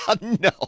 No